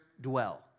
dwell